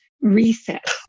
reset